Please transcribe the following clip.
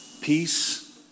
Peace